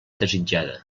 desitjada